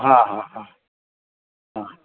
हां हां हां हां